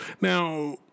Now